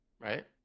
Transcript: Right